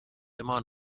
immer